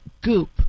Goop